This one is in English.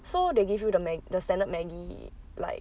so they give you the mag~ the standard Maggi like